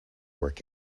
work